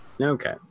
Okay